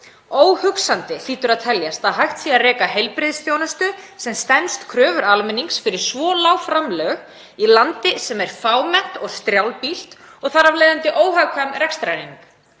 „Óhugsandi hlýtur að teljast að hægt sé að reka heilbrigðisþjónustu sem stenst kröfur almennings fyrir svo lág framlög í landi sem er fámennt og strjálbýlt og þar af leiðandi óhagkvæm rekstrareining.“